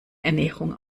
ernährung